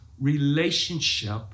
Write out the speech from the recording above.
relationship